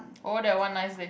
oh that one nice leh